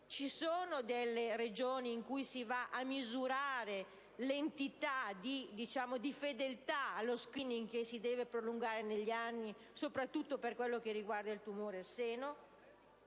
Ci sono Regioni in cui si va a misurare il livello di fedeltà allo *screening*, che si deve prolungare negli anni, soprattutto per quello che riguarda il tumore al seno?